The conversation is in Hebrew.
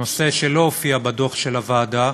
נושא שלא הופיע בדוח של הוועדה,